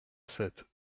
sept